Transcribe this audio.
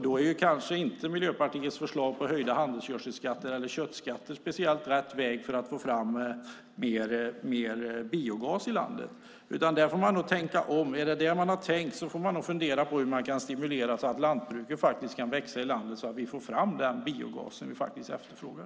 Då är kanske inte Miljöpartiets förslag på höjda handelsgödselskatter eller köttskatter rätt väg för att få fram mer biogas i landet. Där får man nog tänka om. Om det är det man har tänkt får man nog fundera på hur man kan stimulera lantbruket att växa i landet så att vi får fram den biogas vi efterfrågar.